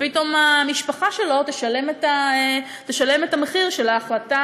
ופתאום המשפחה שלו תשלם את המחיר של ההחלטה